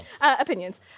opinions